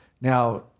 Now